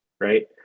right